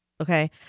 Okay